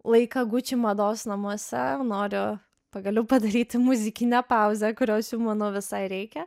laiką gucci mados namuose noriu pagaliau padaryti muzikinę pauzę kurios jau manau visai reikia